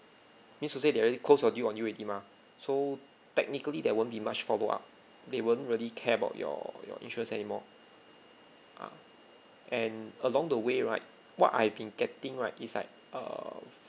means to say they already close your deal on you already mah so technically there won't be much follow up they won't really care about your your interest anymore uh and along the way right what I been getting right is like err